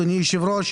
אדוני היושב-ראש,